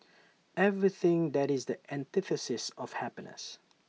everything that is the antithesis of happiness